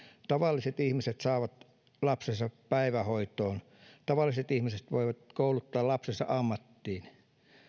tavalliset ihmiset saavat lapsensa päivähoitoon tavalliset ihmiset voivat kouluttaa lapsensa ammattiin